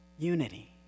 unity